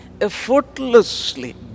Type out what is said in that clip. effortlessly